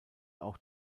auch